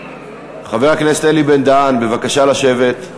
חבר הכנסת אלי בן-דהן, בבקשה לשבת.